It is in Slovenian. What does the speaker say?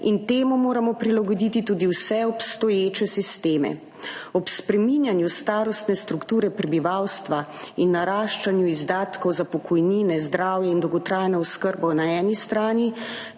in temu moramo prilagoditi tudi vse obstoječe sisteme. Ob spreminjanju starostne strukture prebivalstva in naraščanju izdatkov za pokojnine, zdravje in dolgotrajno oskrbo na eni strani